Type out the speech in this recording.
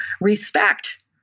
respect